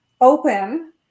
open